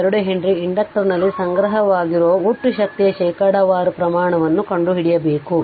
2 henry ಇಂಡಕ್ಟರ್ನಲ್ಲಿ ಸಂಗ್ರಹವಾಗಿರುವ ಒಟ್ಟು ಶಕ್ತಿಯ ಶೇಕಡಾವಾರು ಪ್ರಮಾಣವನ್ನು ಕಂಡುಹಿಡಿಯಬೇಕು